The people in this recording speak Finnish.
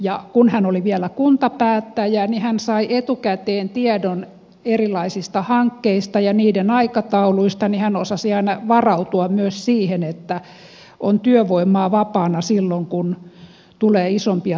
ja kun hän oli vielä kuntapäättäjä hän sai etukäteen tiedon erilaisista hankkeista ja niiden aikatauluista joten hän osasi aina varautua myös siihen että on työvoimaa vapaana silloin kun tulee isompia tarjouspyyntöjä kaupungin taholta